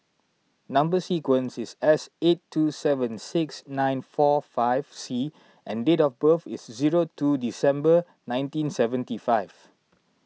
Number Sequence is S eight two seven six nine four five C and date of birth is zero two December nineteen seventy five